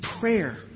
prayer